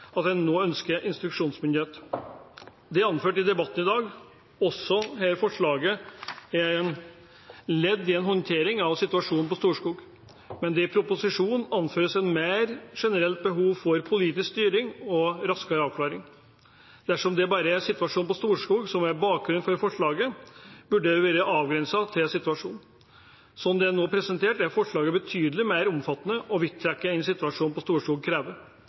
at en nå ønsker instruksjonsmyndighet. Det er anført i debatten i dag at også dette forslaget er ledd i en håndtering av situasjonen på Storskog, mens det i proposisjonen anføres et mer generelt behov for politisk styring og raskere avklaring. Dersom det bare er situasjonen på Storskog som er bakgrunnen for forslaget, burde det vært avgrenset til situasjonen. Slik det nå er presentert, er forslaget betydelig mer omfattende og vidtrekkende enn situasjonen på Storskog